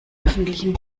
öffentlichen